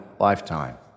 lifetime